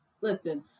Listen